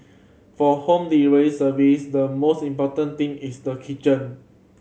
for home delivery service the most important thing is the kitchen